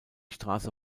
straße